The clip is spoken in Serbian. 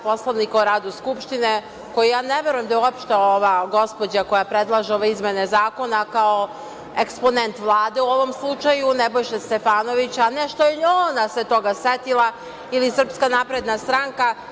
Poslovnika o radu Skupštine, koji ja ne verujem da je uopšte ova gospođa koja predlaže ove izmene zakone, kao eksponent Vlade, u ovom slučaju Nebojše Stefanovića, ne što se ona toga setila ili SNS.